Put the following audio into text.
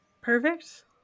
perfect